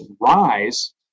rise